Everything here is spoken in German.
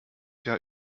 jahr